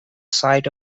site